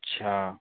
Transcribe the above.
अच्छा